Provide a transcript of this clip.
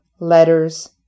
letters